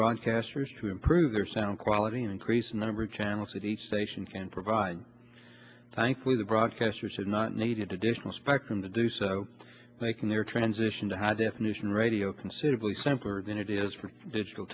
broadcasters to improve their sound quality and increased number of channels that each station can provide thankfully the broadcasters have not needed additional spectrum to do so making their transition to high definition radio considerably simpler than it is for digital